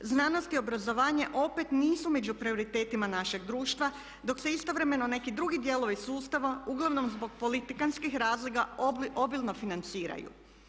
Znanost i obrazovanje opet nisu među prioritetima našeg društva dok se istovremeno neki drugi dijelovi sustava, uglavnom zbog politikanskih razloga obilno financiraju.